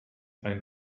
ein